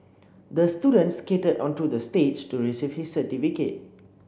the student skated onto the stage to receive his certificate